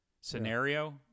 Scenario